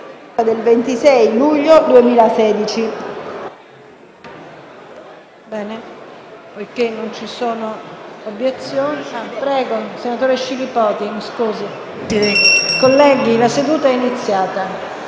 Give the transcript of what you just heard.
del 26 luglio 2012,